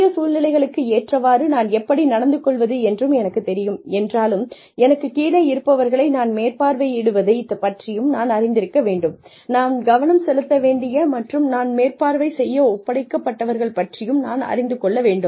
புதிய சூழ்நிலைகளுக்கு ஏற்றவாறு நான் எப்படி நடந்து கொள்வது என்றும் எனக்குத் தெரியும் என்றாலும் எனக்குக் கீழே இருப்பவர்களை நான் மேற்பார்வையிடுவதைப் பற்றியும் நான் அறிந்திருக்க வேண்டும் நான் கவனம் செலுத்த வேண்டிய மற்றும் நான் மேற்பார்வை செய்ய ஒப்படைக்கப்பட்டவர்கள் பற்றியும் நான் அறிந்து கொள்ள வேண்டும்